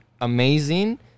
amazing